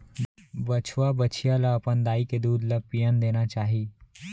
बछवा, बछिया ल अपन दाई के दूद ल पियन देना चाही